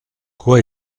quoi